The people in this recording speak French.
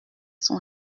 son